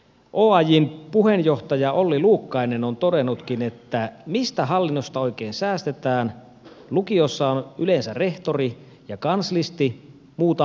oajn puheenjohtaja olli luukkainen on todennutkin että mistä hallinnosta oikein säästetään lukiossa on yleensä rehtori ja kanslisti muuta hallintoa ei ole